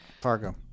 Fargo